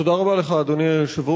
תודה רבה לך, אדוני היושב-ראש.